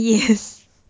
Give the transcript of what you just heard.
yes